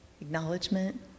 acknowledgement